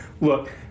Look